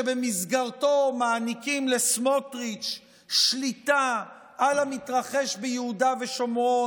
שבמסגרתו מעניקים לסמוטריץ' שליטה על המתרחש ביהודה ושומרון,